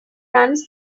runs